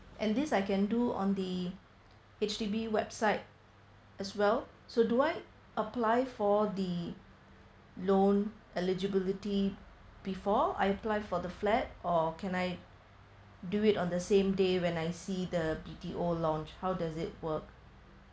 at least I can do on the H_D_B website as well so do I apply for the loan eligibility before I apply for the flat or can I do it on the same day when I see the B_T_O launch how does it work